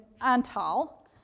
Antal